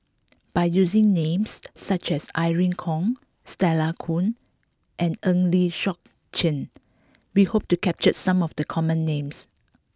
by using names such as Irene Khong Stella Kon and Eng Lee Seok Chee we hope to capture some of the common names